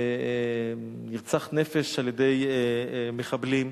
נרצח נפש על-ידי מחבלים.